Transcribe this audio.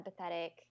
empathetic